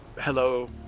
hello